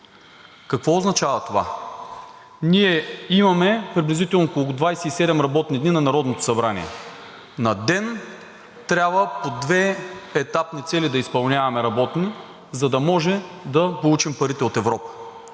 Какво означава това? Ние имаме приблизително около 27 работни дни на Народното събрание. На ден трябва да изпълняваме по две работни етапни цели, за да може да получим парите от Европа.